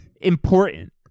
Important